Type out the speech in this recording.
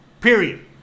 period